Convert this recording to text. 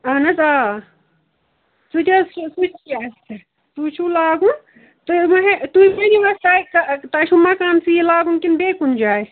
اہن حظ آ سُہ تہِ حظ چھُ سُتہِ چھُ اسہِ سُے چھُو لاگُن تُہۍ تُہۍ ؤنو اسہِ تۄہہِ تۄہہِ چھُو مَکانسٕے یہِ لاگُن کِنہٕ بیٚیہِ کُنہِ جایہِ